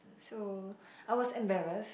so I was embarrassed